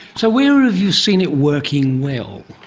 so where have you seen it working well?